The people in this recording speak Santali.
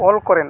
ᱚᱞ ᱠᱚᱨᱮᱱᱟᱜ